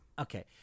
Okay